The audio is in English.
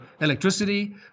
electricity